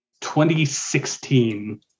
2016